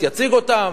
יציג אותן,